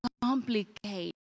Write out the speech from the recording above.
complicate